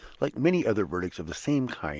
like many other verdicts of the same kind,